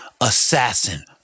Assassin